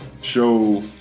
Show